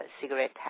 cigarette